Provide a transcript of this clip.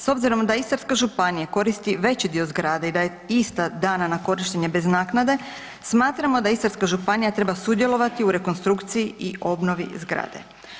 S obzirom da Istarska županija koristi veći dio zgrade i da je ista dana na korištenje bez naknade smatramo da Istarska županija treba sudjelovati u rekonstrukciji i obnovi zgrade.